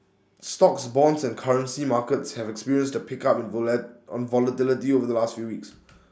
stocks bonds and currency markets have experienced A pickup in on volatility over the last few weeks